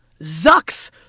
Zucks